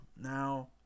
Now